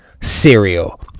cereal